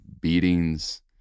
beatings